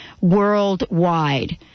worldwide